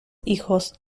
hijos